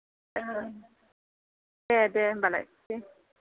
औ दे दे होमबालाय दे